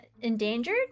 endangered